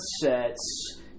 sets